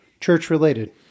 church-related